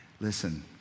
Listen